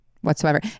whatsoever